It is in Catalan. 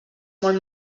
molt